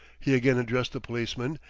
he again addressed the policeman,